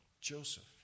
Joseph